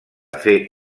fer